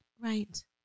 Right